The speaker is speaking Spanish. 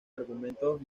argumentos